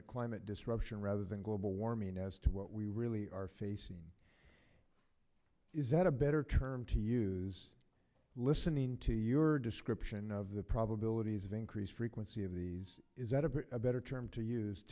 and climate disruption rather than global warming as to what we really are facing is that a better term to use listening to your description of the probabilities of increased frequency of these is a better term to use